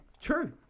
true